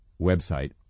website